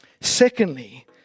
Secondly